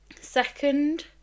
Second